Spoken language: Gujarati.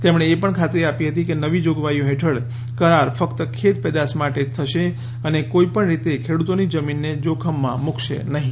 તેમણે એ પણ ખાતરી આપી હતી કે નવી જોગવાઈઓ હેઠળ કરાર ફક્ત ખેત પેદાશ માટે જ થશે અને કોઈ પણ રીતે ખેડૂતોની જમીનને જોખમમાં મૂકશે નહીં